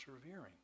persevering